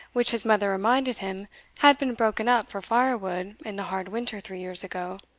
which his mother reminded him had been broken up for fire-wood in the hard winter three years ago